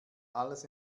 alles